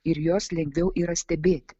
ir juos lengviau yra stebėti